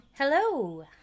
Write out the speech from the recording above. Hello